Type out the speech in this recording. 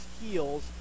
heels